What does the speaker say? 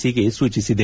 C ಗೆ ಸೂಚಿಸಿದೆ